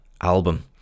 album